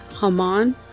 Haman